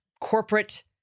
corporate